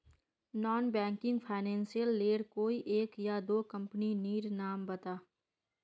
Non banking financial लेर कोई एक या दो कंपनी नीर नाम बता?